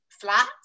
flat